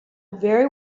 very